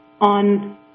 on